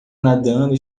nadando